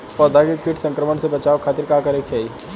पौधा के कीट संक्रमण से बचावे खातिर का करे के चाहीं?